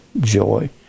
joy